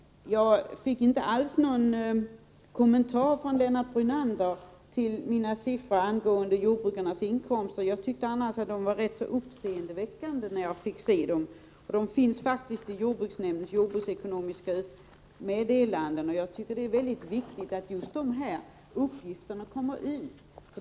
Jag fick inte alls någon kommentar från Lennart Brunander till mina siffror angående jordbrukarnas inkomster. Jag tyckte annars att de var rätt uppseendeväckande när jag fick se dem. De finns faktiskt i jordbruksnämndens publikation Jordbruksekonomiska meddelanden. Det är mycket viktigt att just dessa uppgifter kommer ut.